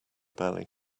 belly